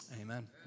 amen